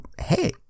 hey